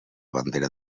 bandera